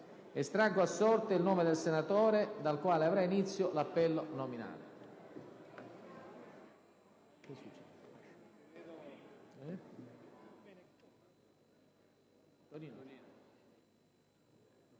Estraggo a sorte il nome del senatore dal quale avrà inizio l'appello nominale.